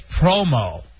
promo